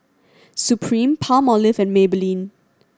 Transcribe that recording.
Supreme Palmolive and Maybelline